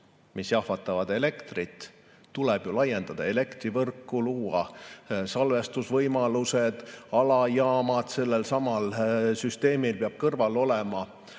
mis jahvatavad elektrit, tuleb laiendada elektrivõrku, luua salvestusvõimalused, alajaamad, sellel samal süsteemil peab kõrval olema